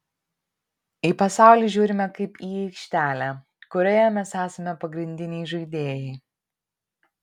į pasaulį žiūrime kaip į aikštelę kurioje mes esame pagrindiniai žaidėjai